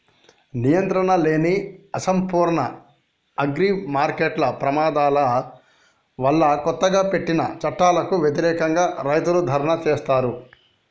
నియంత్రణలేని, అసంపూర్ణ అగ్రిమార్కెట్ల ప్రమాదాల వల్లకొత్తగా పెట్టిన చట్టాలకు వ్యతిరేకంగా, రైతులు ధర్నా చేశారు